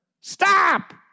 Stop